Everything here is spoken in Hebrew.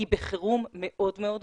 היא בחירום מאוד מאוד גדול,